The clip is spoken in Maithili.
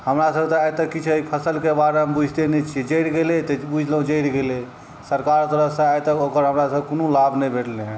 हमरासबके तऽ आइ तक किछु एहि फसलके बारेमे किछु बुझिते नहि छी जरि गेलै तऽ बुझलहुँ जरि गेलै सरकारके तरफसँ आइतक ओकर हमरासबके कोनो लाभ नहि भेटलै हँ